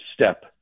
step